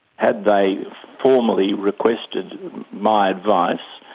had they formally requested my advice,